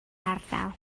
ardal